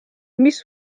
mis